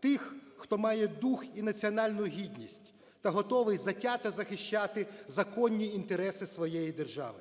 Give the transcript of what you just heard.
тих, хто має дух і національну гідність та готовий затято захищати законні інтереси своєї держави.